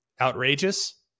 outrageous